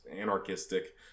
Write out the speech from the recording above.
anarchistic